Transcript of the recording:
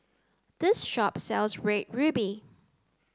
this shop sells red ruby